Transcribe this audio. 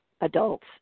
adults